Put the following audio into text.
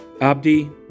Abdi